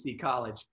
college